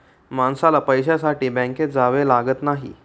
माणसाला पैशासाठी बँकेत जावे लागत नाही